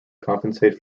compensate